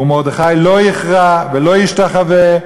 ומרדכי לא יכרע ולא ישתחווה.